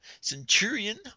Centurion